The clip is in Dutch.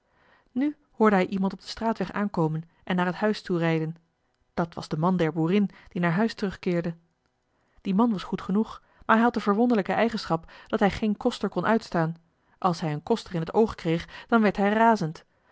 nu hoorde hij iemand op den straatweg aankomen en naar het huis toe rijden dat was de man der boerin die naar huis terugkeerde die man was goed genoeg maar hij had de verwonderlijke eigenschap dat hij geen koster kon uitstaan als hij een koster in het oog kreeg dan werd hij razend